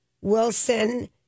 Wilson